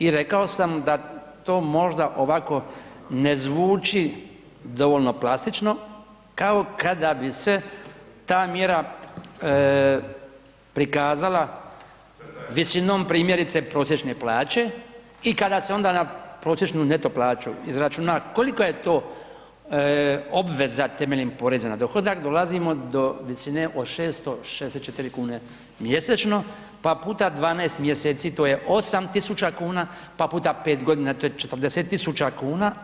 I rekao sam da to možda ovako ne zvuči dovoljno plastično kao kada bi se ta mjera prikazala visinom primjerice prosječne plaće i kada se onda na prosječnu neto plaću izračuna kolika je to obveza temeljem poreza na dohodak dolazimo do visine od 664 kune mjesečno pa puta 12 mjeseci to je 8 tisuća kuna, pa puta 5 godina to je 40 tisuća kuna.